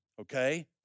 okay